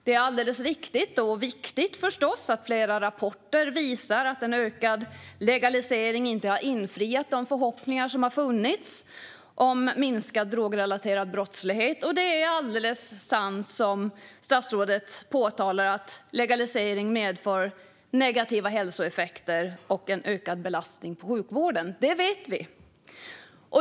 Det är förstås alldeles riktigt och viktigt att flera rapporter visar att en ökad legalisering inte har infriat de förhoppningar som har funnits om minskad drogrelaterad brottslighet. Och det är alldeles sant som statsrådet påtalar att legalisering medför negativa hälsoeffekter och en ökad belastning på sjukvården. Det vet vi.